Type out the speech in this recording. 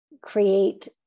create